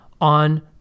on